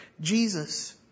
Jesus